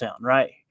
right